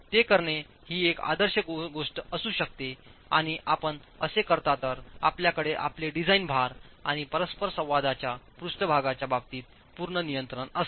ते करणे ही एक आदर्श गोष्ट असू शकते आणि आपण असे करता तर आपल्याकडे आपले डिझाइन भार आणि परस्परसंवादाच्या पृष्ठभागाच्या बाबतीत पूर्ण नियंत्रण असते